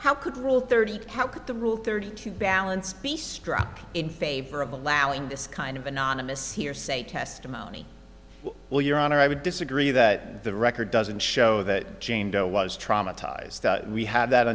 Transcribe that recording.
how could rule thirty how could the rule thirty two balance be struck in favor of allowing this kind of anonymous hearsay testimony well your honor i would disagree that the record doesn't show that jane doe was traumatized we had that